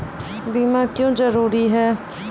बीमा क्यों जरूरी हैं?